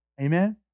Amen